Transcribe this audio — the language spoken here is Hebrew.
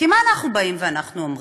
כי מה אנחנו באים ואומרים,